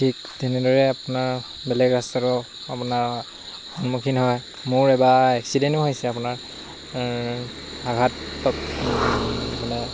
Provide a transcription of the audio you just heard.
ঠিক তেনেদৰে আপোনাৰ বেলেগ ৰাস্তাটো আপোনাৰ সন্মুখীন হয় মোৰ এবাৰ এক্সিডেণ্টো হৈছে আপোনাৰ আঘাত মানে